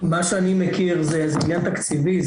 מה שאני מכיר זה עניין תקציבי,